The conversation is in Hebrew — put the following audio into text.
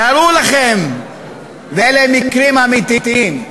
תארו לכם, ואלה מקרים אמיתיים,